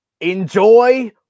Enjoy